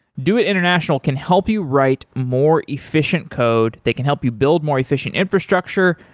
doit international can help you write more efficient code, they can help you build more efficient infrastructure.